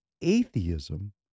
atheism